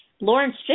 Lawrence